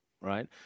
right